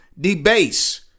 debase